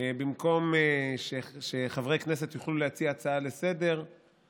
במקום שחברי כנסת יוכלו להציע הצעה לסדר-היום,